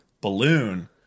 balloon